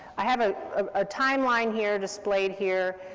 i have a ah timeline here, displayed here,